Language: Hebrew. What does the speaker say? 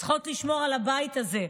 צריכות לשמור על הבית הזה,